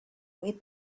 way